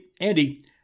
Andy